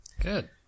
Good